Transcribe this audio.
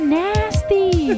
nasty